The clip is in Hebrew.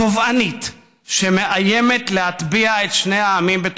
טובענית, שמאיימת להטביע בתוכה את שני העמים.